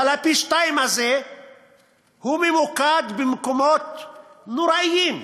אבל הפי-שניים הזה ממוקד במקומות נוראים.